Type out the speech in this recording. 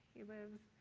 he lives.